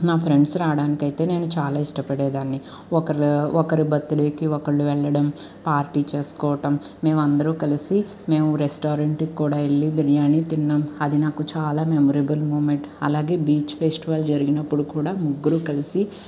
మా ఫ్రెండ్స్ రావడానికి అయితే నేను చాలా ఇష్టపడే దాని ఒకళ్ళు ఒకరు బర్త్డేకి ఒకళ్ళు వెళ్లడం పార్టీ చేసుకోవటం మేము అందరూ కలిసి మేము రెస్టారెంట్కి కూడా వెళ్ళి బిర్యాని తిన్నాం అది నాకు చాలా మెమొరబుల్ మూమెంట్ అలాగే బీచ్ ఫెస్టివల్ జరిగినప్పుడు కూడా ముగ్గురు కలిసి